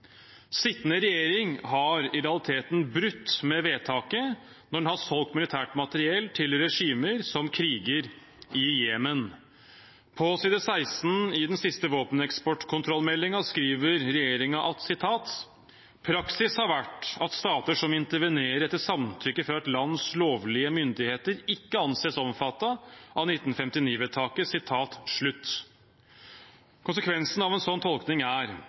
Sittende regjering har i realiteten brutt med vedtaket når en har solgt militært materiell til regimer som kriger i Jemen. På side 16 i den siste våpeneksportkontrollmeldingen skriver regjeringen: «Praksis har vært at stater som intervenerer etter samtykke fra et lands lovlige myndigheter, ikke anses omfattet av 1959-vedtaket.» Konsekvensen av en sånn tolkning er